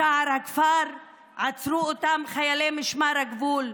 בשער הכפר עצרו אותם חיילי משמר הגבול,